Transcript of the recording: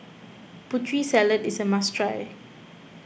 Putri Salad is a must try